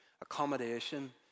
Accommodation